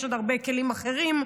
יש עוד הרבה כלים אחרים,